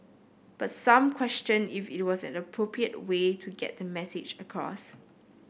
but some questioned if it was an appropriate way to get the message across